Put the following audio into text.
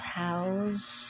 house